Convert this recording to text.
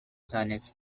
planets